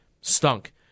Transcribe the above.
stunk